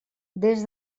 des